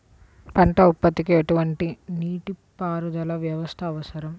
పంట ఉత్పత్తికి ఎటువంటి నీటిపారుదల వ్యవస్థ అవసరం?